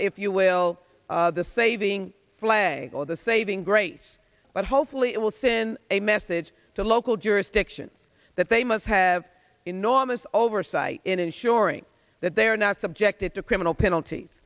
if you will the saving flag or the saving grace but hopefully it will sin a message to local jurisdictions that they must have enormous oversight in ensuring that they are not subjected to criminal penalties